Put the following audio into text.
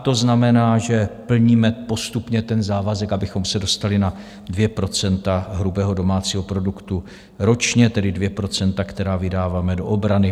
To znamená, že plníme postupně ten závazek, abychom se dostali na 2 % hrubého domácího produktu ročně, tedy 2 %, která vydáváme do obrany.